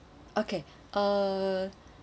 okay uh